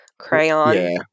crayon